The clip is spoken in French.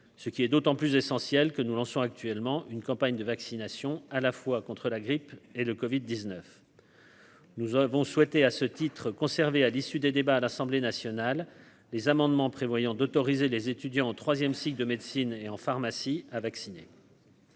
ce qui est d'autant plus essentiel que nous lançons actuellement une campagne de vaccination à la fois contre la grippe et le Covid 19. Nous avons souhaité à ce titre, conserver à l'issue des débats à l'Assemblée nationale, les amendements prévoyant d'autoriser les étudiants en 3ème cycle de médecine et en pharmacie à vacciner.